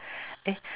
eh